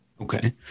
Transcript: Okay